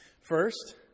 First